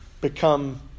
become